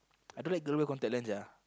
I don't like to wear contact lens sia